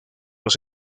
los